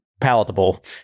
palatable